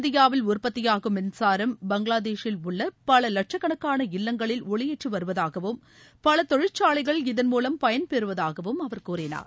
இந்தியாவில் உற்பத்தியாகும் மின்சாரம் பங்களாதேஷில் உள்ள பல லட்சக்கணக்கான இல்லங்களில் ஒளியேற்றி வருவதாகவும் பல தொழிற்சாலைகள் இதன் மூலம் பயன் பெறுவதாகவும் அவர் கூறினார்